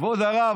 כבוד הרב,